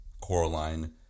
Coraline